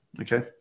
okay